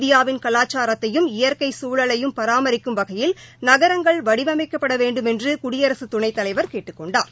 இந்தியாவின் கலாச்சாரத்தையும் இயற்கை சூழலையும் பராமரிக்கும் வகையில் நகரங்கள் வடிவமைக்கப்பட வேண்டுமென்று குடியரசுத் துணைத் தலைவர் கேட்டுக் கொண்டார்